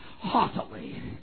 haughtily